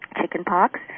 chickenpox